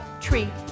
tree